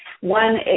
One